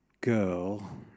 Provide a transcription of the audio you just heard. girl